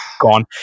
gone